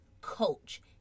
coach